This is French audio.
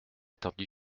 attendu